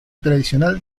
tradicional